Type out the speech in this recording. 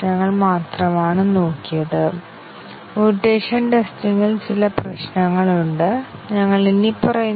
ഞങ്ങൾ എന്താണ് ചെയ്തത് കോംപ്ലിമെൻറ്ററി ടെസ്റ്റിങ് എന്നതുകൊണ്ട് നിങ്ങൾ എന്താണ് അർത്ഥമാക്കുന്നത്